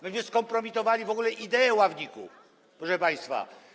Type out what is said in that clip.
Myśmy skompromitowali w ogóle ideę ławników, proszę państwa.